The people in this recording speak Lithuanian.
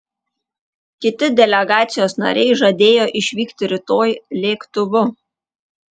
kiti delegacijos nariai žadėjo išvykti rytoj lėktuvu